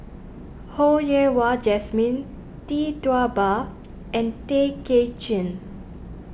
Ho Yen Wah Jesmine Tee Tua Ba and Tay Kay Chin